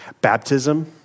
Baptism